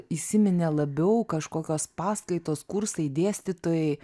įsiminė labiau kažkokios paskaitos kursai dėstytojai